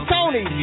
Tony